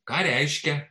ką reiškia